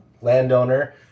landowner